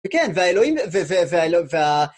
וכן, זה האלוהים, זה, זה, זה ה...